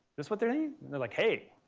that's what's their name. they're like hey,